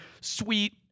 sweet